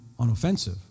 unoffensive